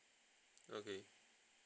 okay